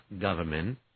government